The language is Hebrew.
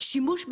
שימוש באמצעים.